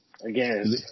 Again